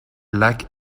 lac